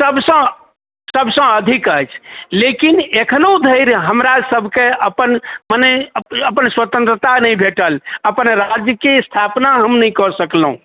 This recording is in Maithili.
सबसँ सबसँ अधिक अछि लेकिन एखनहु धरि हमरा सबके अपन मने अपन स्वतन्त्रता नहि भेटल अपन राज्यके स्थापना हम नहि कऽ सकलहुँ